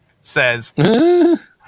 says